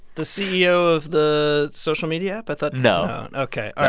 the ceo of the social media app? i thought. no ok.